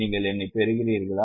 நீங்கள் என்னைப் பெறுகிறீர்களா